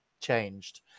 changed